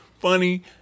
funny